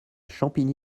champigny